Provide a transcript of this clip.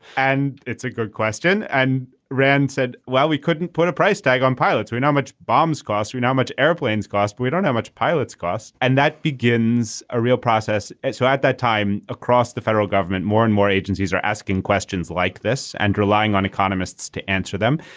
and it's a good question. and rand said well we couldn't put a price tag on pilots we know much bombs cost you know much airplanes cost. but we don't know much pilots cost. and that begins a real process so at that time across the federal government more and more agencies are asking questions like this and relying on economists to answer them.